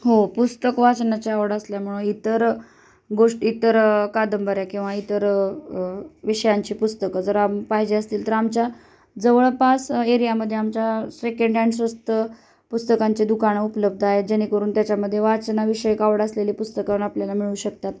हो पुस्तक वाचनाची आवड असल्यामुळं इतर गोष्टी इतर कादंबऱ्या किंवा इतर विषयांची पुस्तकं जर आम पाहिजे असतील तर आमच्या जवळपास एरियामध्ये आमच्या सेकेंड हँड स्वस्त पुस्तकांचे दुकानं उपलब्ध आहेत जेणेकरून त्याच्यामध्ये वाचनविषयक आवड असलेले पुस्तकं आपल्याला मिळू शकतात